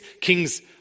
kings